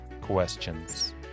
questions